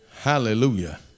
hallelujah